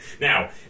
Now